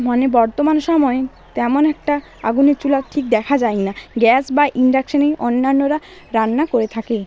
মানে বর্তমান সময়ে তেমন একটা আগুনের চুলা ঠিক দেখা যায় না গ্যাস বা ইণ্ডাকশানেই অন্যান্যরা রান্না করে থাকে